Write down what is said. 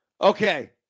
Okay